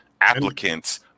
applicants